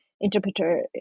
interpreter